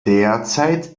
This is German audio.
derzeit